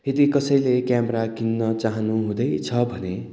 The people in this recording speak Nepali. यदि कसैले क्यामेरा किन्न चाहनुहुँदैछ भने